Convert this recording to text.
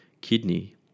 kidney